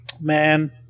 Man